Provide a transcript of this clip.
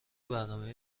برنامه